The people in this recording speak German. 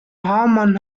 hamann